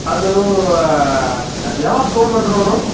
ಅದು ಯಾವಾಗ ತೊಗೊಂಡು ಬಂದರು ಅವರು